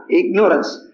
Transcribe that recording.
ignorance